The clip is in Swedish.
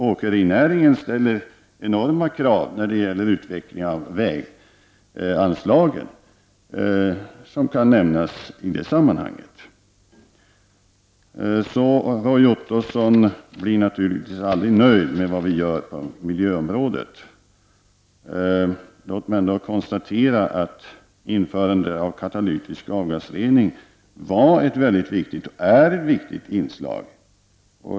Åkerinäringen ställer enorma krav när det gäller utveckling av väganslagen, vilket kan nämnas i detta sammanhang. Roy Ottosson blir naturligtvis aldrig nöjd med vad vi gör på miljöområdet. Låt mig ändå konstatera att införandet av katalytisk avgasrening var och är ett mycket viktigt inslag.